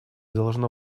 должно